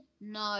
no